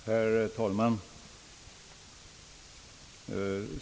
Herr talman!